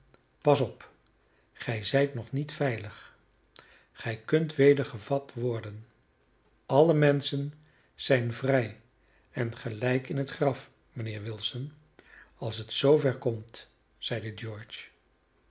pas op gij zijt nog niet veilig gij kunt weder gevat worden alle menschen zijn vrij en gelijk in het graf mijnheer wilson als het zoover komt zeide george